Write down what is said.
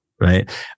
Right